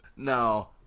No